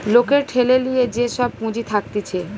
লোকের ঠেলে লিয়ে যে সব পুঁজি থাকতিছে